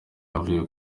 yavuye